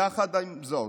יחד עם זאת,